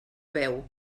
beu